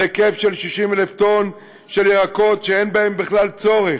בהיקף של 60,000 טונות של ירקות שאין בהם בכלל צורך.